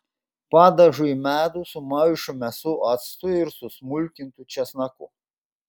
padažui medų sumaišome su actu ir susmulkintu česnaku